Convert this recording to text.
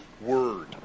word